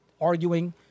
arguing